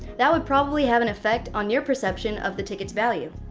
that would probably have an affect on your perception of the ticket's value.